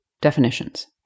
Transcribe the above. definitions